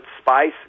spice